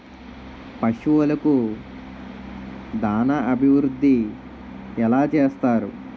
పశువులకు దాన అభివృద్ధి ఎలా చేస్తారు?